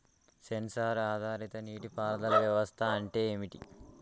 Censor ఆధారిత నీటి పారుదల వ్యవస్థ అంటే ఏమిటి?